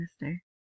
minister